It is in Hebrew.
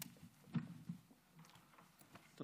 אדוני.